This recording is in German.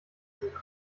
sinne